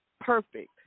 perfect